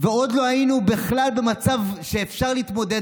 ועוד לא היינו בכלל במצב שאפשר להתמודד,